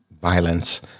violence